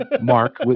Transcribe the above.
Mark